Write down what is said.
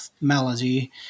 melody